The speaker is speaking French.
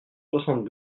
soixante